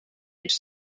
each